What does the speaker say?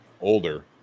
older